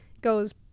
goes